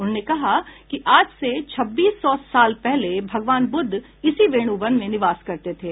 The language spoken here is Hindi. उन्होंने कहा कि आज से छब्बीस सौ साल पहले भगवान बुद्ध इसी वेणुवन में निवास करते थे